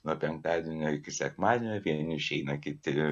nuo penktadienio iki sekmadienio vieni išeina kiti